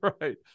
Right